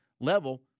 level